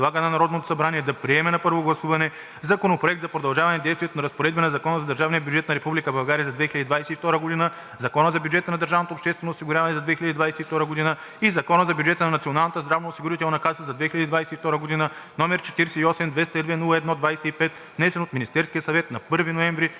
предлага на Народното събрание да приеме на първо гласуване Законопроект за продължаване действието на разпоредби на Закона за държавния бюджет на Република България за 2022 г., Закона за бюджета на държавното обществено осигуряване за 2022 г. и Закона за бюджета на Националната здравноосигурителна каса за 2022 г., № 48-202-01-25, внесен от Министерския съвет на 1 ноември